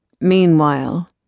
Meanwhile